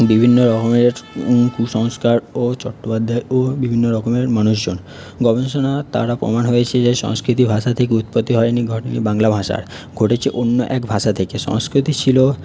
বিভিন্ন রকমের কুসংস্কার ও চট্টোপাধ্যায় ও বিভিন্ন রকমের মানুষজন গবেষণা তারা প্রমান হয়েছে যে সংস্কৃতি ভাষা থেকে উৎপত্তি হয়নি বাংলা ভাষার ঘটেছে অন্য এক ভাষা থেকে সংস্কৃতি ছিল